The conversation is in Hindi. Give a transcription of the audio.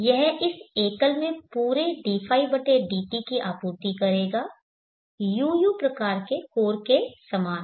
यह इस एकल में पूरे dϕdt की आपूर्ति करेगा UU प्रकार के कोर के समान